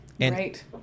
Right